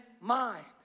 mind